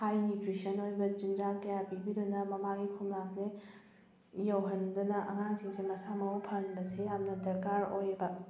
ꯍꯥꯏ nutrition ꯑꯣꯏꯕ ꯆꯤꯟꯖꯥꯛ ꯀꯌꯥ ꯄꯤꯕꯤꯗꯨꯅ ꯃꯃꯥꯒꯤ ꯈꯣꯝꯂꯥꯡꯁꯦ ꯌꯧꯍꯟꯗꯨꯅ ꯑꯉꯥꯡꯁꯤꯡꯁꯦ ꯃꯁꯥ ꯃꯎ ꯐꯍꯟꯕꯁꯦ ꯌꯥꯝꯅ ꯗꯔꯀꯥꯔ ꯑꯣꯏꯌꯦꯕ